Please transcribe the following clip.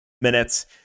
minutes